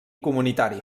comunitari